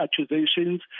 accusations